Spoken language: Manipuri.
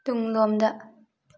ꯇꯨꯡꯂꯣꯝꯗ